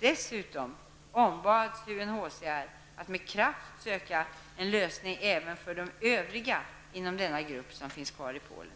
Dessutom ombads UNHCR att med kraft söka en lösning även för övriga inom denna grupp som finns kvar i Polen.